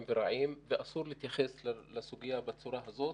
וברעים ואסור להתייחס לסוגיה בצורה הזאת.